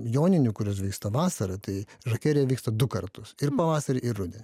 joninių kurios vyksta vasarą tai žakerija vyksta du kartus ir pavasarį ir rudenį